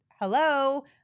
hello